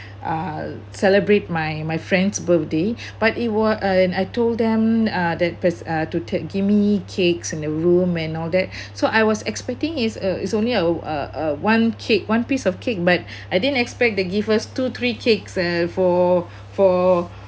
uh celebrate my my friend's birthday but it were and I told them uh that that's uh to to give me cakes in the room and all that so I was expecting is a it's only a uh a one cake one piece of cake but I didn't expect they gives us two three cakes uh for for